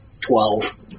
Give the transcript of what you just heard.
Twelve